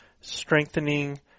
strengthening